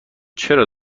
چرا